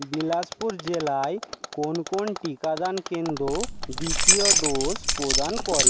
বিলাসপুর জেলায় কোন কোন টিকাদান কেন্দ্র দ্বিতীয় ডোজ প্রদান করে